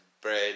bread